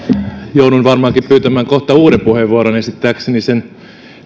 joudun varmaankin pyytämään kohta uuden puheenvuoron esittääkseni sen